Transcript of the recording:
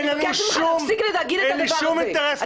אני מבקשת ממך להפסיק להגיד את הדבר הזה.